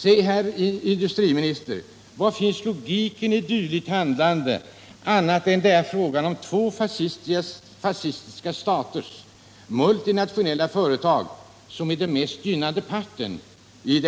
Säg, herr industriminister, var finns logiken i ett dylikt handlande — annat än att det är två fascistiska staters multinationella företag som är mest gynnad part? Det